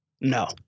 No